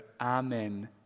amen